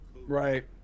Right